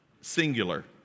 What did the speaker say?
Singular